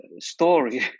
story